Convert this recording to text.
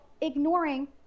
ignoring